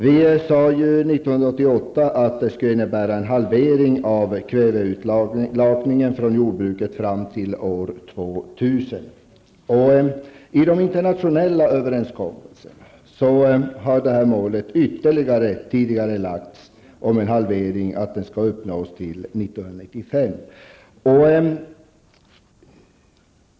Vi sade ju 1988 att åtgärderna skulle innebära en halvering av kväveurlakningen från jordbruket fram till år 2000. I internationella överenskommelser har detta mål ytterligare tidigarelagts; en halvering skall uppnås till 1995.